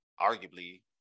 arguably